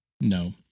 No